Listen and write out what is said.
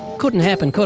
couldn't happen, could